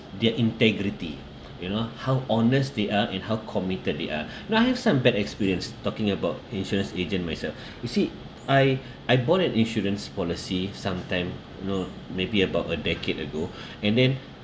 their integrity you know how honest they are and how committed they are you know I have some bad experience talking about insurance agent myself you see I I bought an insurance policy sometime you know maybe about a decade ago and then